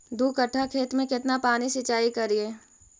दू कट्ठा खेत में केतना पानी सीचाई करिए?